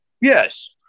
Yes